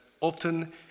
often